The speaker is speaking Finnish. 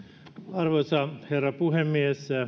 arvoisa herra puhemies